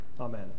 Amen